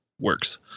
works